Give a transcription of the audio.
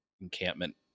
encampment